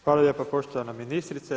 Hvala lijepa poštovana ministrice.